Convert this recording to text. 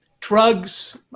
drugs